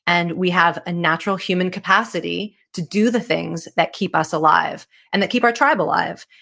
and we have a natural human capacity to do the things that keep us alive and that keep our tribe alive.